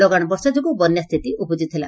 ଲଗାଣ ବର୍ଷା ଯୋଗୁଁ ବନ୍ୟା ସ୍ସିତି ଉପୁଜିଥିଲା